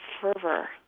fervor